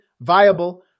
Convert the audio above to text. viable